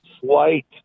slight